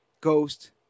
Ghost